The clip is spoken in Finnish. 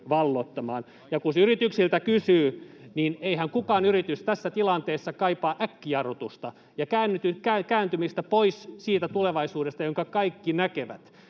Ja kun yrityksiltä kysyy, niin eihän mikään yritys tässä tilanteessa kaipaa äkkijarrutusta ja kääntymistä pois siitä tulevaisuudesta, jonka kaikki näkevät.